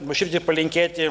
nuoširdžiai palinkėti